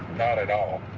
not at all.